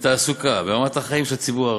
בתעסוקה וברמת החיים של הציבור הרחב.